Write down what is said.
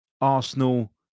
Arsenal